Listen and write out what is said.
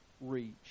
reach